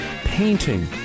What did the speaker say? painting